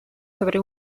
sobre